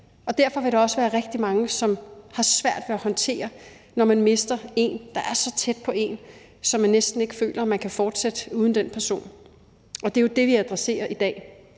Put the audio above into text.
derfor vil der også være rigtig mange, som har svært ved at håndtere det, når de mister en, der er så tæt på en, at de næsten ikke føler, de kan fortsætte uden den person. Det er jo det, vi adresserer i dag,